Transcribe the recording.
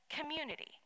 community